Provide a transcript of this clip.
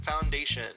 Foundation